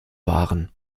waren